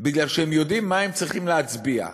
כי הם יודעים מה הם צריכים להצביע.